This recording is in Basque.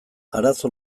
arazo